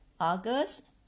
August